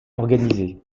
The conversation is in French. organisé